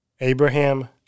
Abraham